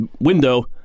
window